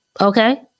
okay